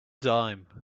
dime